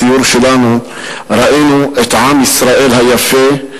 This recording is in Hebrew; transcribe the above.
בסיור שלנו ראינו את עם ישראל היפה,